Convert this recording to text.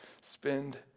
Spend